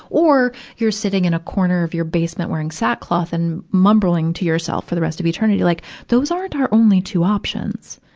or, you're sitting in a corner of your basement wearing sackcloth and mumbling to yourself for the rest of eternity. like those aren't our only two options.